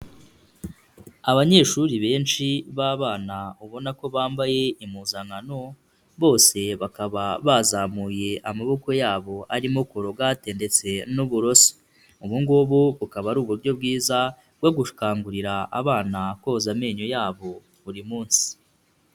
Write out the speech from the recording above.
Abanyeshuri benshi b'abana ubona ko bambaye impuzankano, bose bakaba bazamuye amaboko yabo arimo korogate ndetse n'uburoso. Ubu ngubu bukaba ari uburyo bwiza bwo gukangurira abana koza amenyo yabo buri munsi.